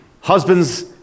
Husbands